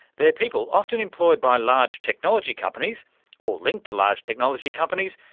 they're people, often employed by large technology companies or linked to large technology companies,